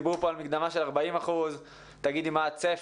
דיברו פה על מקדמה של 40%; תגידי מה הצפי,